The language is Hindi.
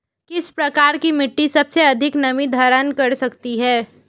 किस प्रकार की मिट्टी सबसे अधिक नमी धारण कर सकती है?